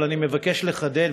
אבל אני מבקש לחדד,